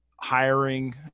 hiring